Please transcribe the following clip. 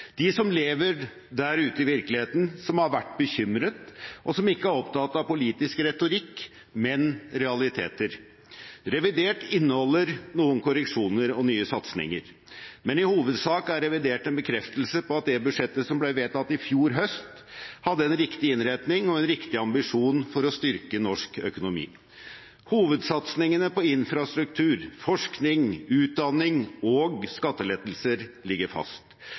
de som lever der ute i virkeligheten, som har vært bekymret, og som ikke er opptatt av politisk retorikk, men realiteter. Revidert inneholder noen korreksjoner og nye satsinger, men i hovedsak er revidert en bekreftelse på at det budsjettet som ble vedtatt i fjor høst, hadde en riktig innretning og en riktig ambisjon for å styrke norsk økonomi. Hovedsatsingene på infrastruktur, forskning, utdanning og skattelettelser ligger fast,